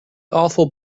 awful